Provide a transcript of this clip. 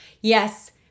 yes